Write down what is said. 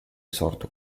sorto